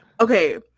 Okay